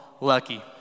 Lucky